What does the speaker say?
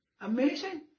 Amazing